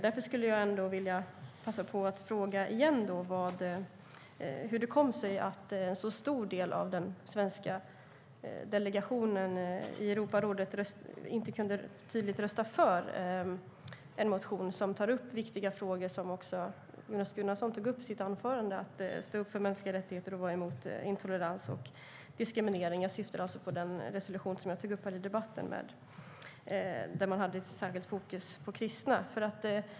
Därför skulle jag vilja passa på att fråga igen hur det kom sig att en så stor del av den svenska delegationen i Europarådet inte tydligt kunde rösta för en motion som tar upp viktiga frågor som också Jonas Gunnarsson tog upp i sitt anförande - att stå upp för mänskliga rättigheter och att vara emot intolerans och diskriminering. Jag syftar alltså på den resolution som jag tog upp i debatten där man har särskilt fokus på kristna.